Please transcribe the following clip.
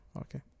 Okay